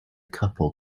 couple